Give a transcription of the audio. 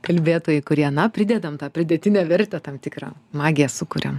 kalbėtojai kurie na pridedame tą pridėtinę vertę tam tikrą magiją sukuriam